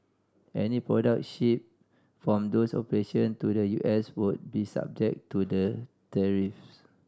any product shipped from those operation to the U S would be subject to the tariffs